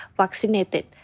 vaccinated